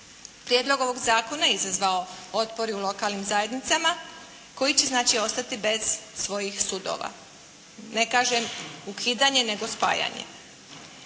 Prijedlog ovog zakona izazvao je otpor i u lokalnim zajednicama koji će znači ostati bez svojih sudova. Ne kažem ukidanje nego spajanje.